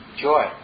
joy